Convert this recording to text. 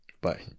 Bye